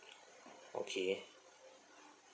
okay